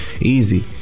Easy